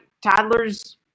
toddlers